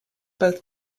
both